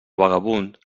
vagabund